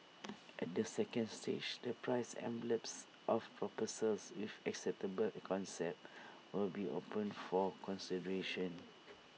at the second stage the price envelopes of proposals with acceptable concepts will be opened for consideration